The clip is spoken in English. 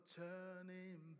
turning